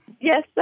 Yes